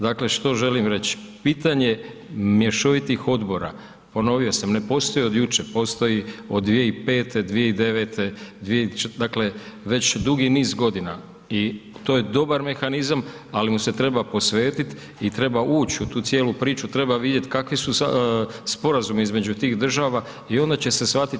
Dakle, što želim reći, pitanje mješovitih odbora, ponovio sam, ne postoji od jučer, postoji od 2005., 2009., dakle već dugi niz godina i to je dobar mehanizam, ali mu se treba posvetiti i treba ući u tu cijelu priču, treba vidjeti kakvi su sada sporazumi između tih država i onda će se shvatiti.